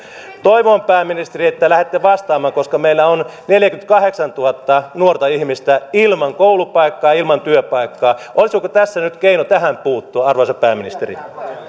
toivon pääministeri että lähdette vastaamaan koska meillä on neljäkymmentäkahdeksantuhatta nuorta ihmistä ilman koulupaikkaa ilman työpaikkaa olisiko tässä nyt keino tähän puuttua arvoisa pääministeri